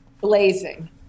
Blazing